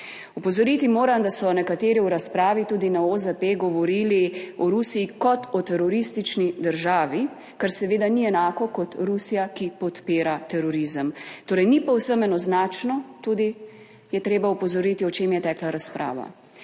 Opozoriti moram, da so nekateri v razpravi tudi na OZP govorili o Rusiji kot o teroristični državi, kar seveda ni enako kot Rusija, ki podpira terorizem. Torej ni povsem enoznačno tudi, je treba opozoriti o čem je tekla razprava.